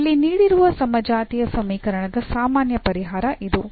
ಇಲ್ಲಿ ನೀಡಿರುವ ಸಮಜಾತೀಯ ಸಮೀಕರಣದ ಸಾಮಾನ್ಯ ಪರಿಹಾರ ಇದು